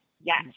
Yes